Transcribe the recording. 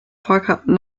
fahrkarten